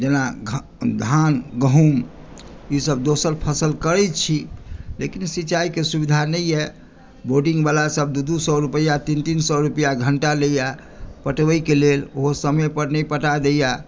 जेना धान गहूँम ई सभ दोसर फसल करै छी लेकिन सिंचाईके सुविधा नहि अछि बोर्डिंग वाला सभ दू दू सए रुपैआ तीन तीन सए रुपैआ घंटा लेइया पटवयके लेल ओहो समय पर नहि पटा दैया